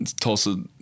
Tulsa